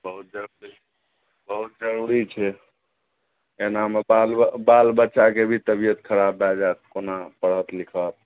बहुत डर छै बहुत जरूरी छै एनामे बाल बाल बच्चाके भी तबियत खराब भए जायत कोना पढ़त लिखत